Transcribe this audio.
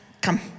come